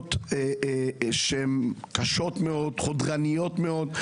סמכויות שהן קשות מאוד, חודרניות מאוד.